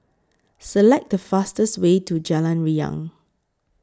Select The fastest Way to Jalan Riang